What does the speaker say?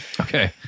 Okay